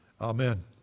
Amen